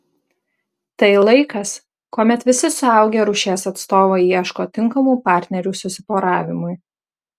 tai laikas kuomet visi suaugę rūšies atstovai ieško tinkamų partnerių susiporavimui